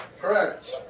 Correct